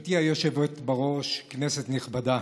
גברתי היושבת בראש, כנסת נכבדה,